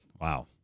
Wow